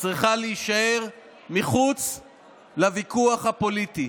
צריכה להישאר מחוץ לוויכוח הפוליטי,